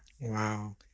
Wow